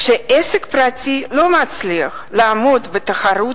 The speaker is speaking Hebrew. כשעסק פרטי לא מצליח לעמוד בתחרות